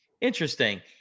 Interesting